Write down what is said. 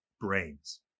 brains